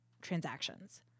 transactions